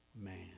man